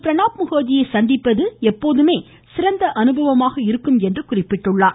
பிரணாப் முகர்ஜியை சந்திப்பது எப்போதுமே சிறந்த அனுபவமாக இருக்கும் என்று கூறியுள்ளார்